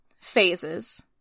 phases